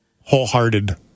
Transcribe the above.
wholehearted